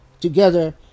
together